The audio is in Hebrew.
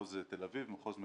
ממחוז תל אביב, מחוז מרכז,